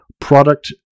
product